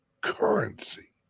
currency